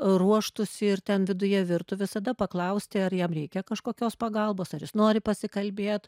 ruoštųsi ir ten viduje virtų visada paklausti ar jam reikia kažkokios pagalbos ar jis nori pasikalbėt